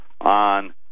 on